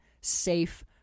safe